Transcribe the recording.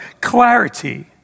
clarity